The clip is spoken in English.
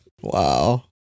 Wow